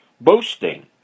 boasting